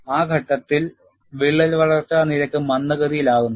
ആ ഘട്ടത്തിൽ വിള്ളൽ വളർച്ചാ നിരക്ക് മന്ദഗതിയിലാകുന്നു